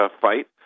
fight